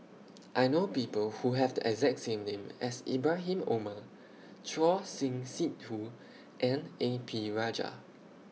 I know People Who Have The exact name as Ibrahim Omar Choor Singh Sidhu and A P Rajah